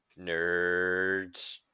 nerds